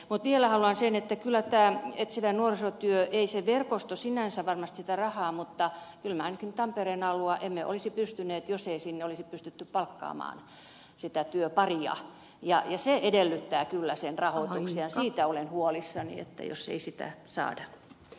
mutta vielä haluan sanoa sen että kyllä tässä etsivässä nuorisotyössä ei se verkosto sinänsä varmasti sitä rahaa vaadi mutta ainakaan tampereen alueella emme kyllä olisi pystyneet siihen jos ei sinne olisi pystytty palkkaamaan sitä työparia ja se edellyttää kyllä sen rahoituksen ja siitä olen huolissani jos ei sitä saada